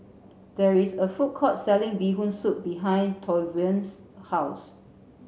there is a food court selling bee hoon soup behind Tavion's house